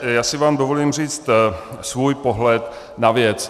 Já si vám dovolím říct svůj pohled na věc.